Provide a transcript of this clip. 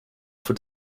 for